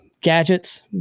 gadgets